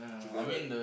to know that